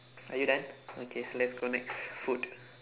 okay done okay let's go next food